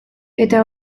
eta